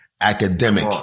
academic